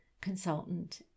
consultant